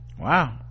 Wow